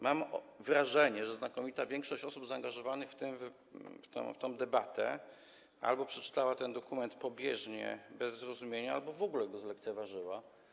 Mam wrażenie, że znakomita większość osób zaangażowanych w tą debatę albo przeczytała ten dokument pobieżnie, bez zrozumienia, albo w ogóle go zlekceważyła.